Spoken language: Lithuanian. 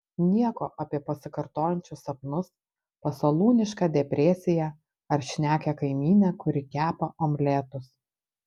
nieko apie pasikartojančius sapnus pasalūnišką depresiją ar šnekią kaimynę kuri kepa omletus